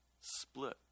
split